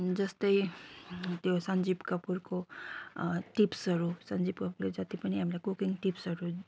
जस्तै त्यो सन्जीव कपूरको टिप्सहरू सन्जीव कपूरले जति पनि कुकिङ टिप्सहरू दिनु भएको छ